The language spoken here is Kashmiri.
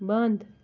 بنٛد